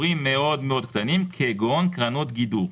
תמחקו את זה מהפרוטוקול.